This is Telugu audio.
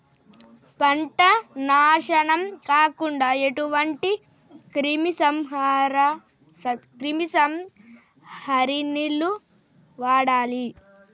పంట నాశనం కాకుండా ఎటువంటి క్రిమి సంహారిణిలు వాడాలి?